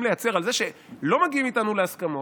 לייצר על זה שלא מגיעים איתנו להסכמות,